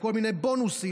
עם כל מיני בונוסים,